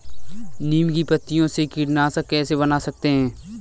नीम की पत्तियों से कीटनाशक कैसे बना सकते हैं?